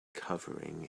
covering